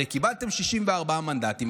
הרי קיבלתם 64 מנדטים,